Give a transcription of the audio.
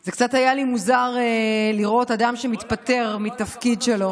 זה קצת היה לי מוזר לראות אדם שמתפטר מתפקיד שלו,